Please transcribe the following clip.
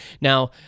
Now